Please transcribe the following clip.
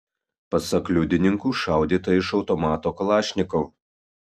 pasak liudininkų šaudyta iš automato kalašnikov